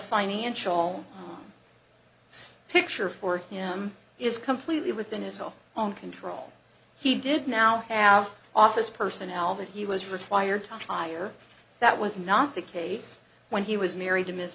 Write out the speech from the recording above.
financial picture for him is completely within his own control he did now have office personnel that he was required to tire that was not the case when he was married to m